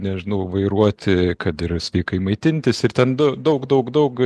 nežinau vairuoti kad ir sveikai maitintis ir ten daug daug daug